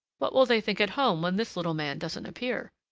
what will they think at home when this little man doesn't appear?